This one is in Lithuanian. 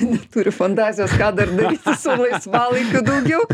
neturi fantazijos ką dar darys su laisvalaikiu daugiau